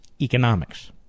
economics